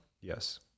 Yes